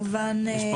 החינוך.